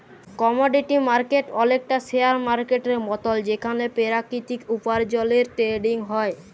commodity market অলেকটা share মার্কেটের মতল যেখালে পেরাকিতিক উপার্জলের টেরেডিং হ্যয়